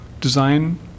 design